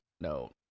No